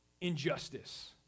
injustice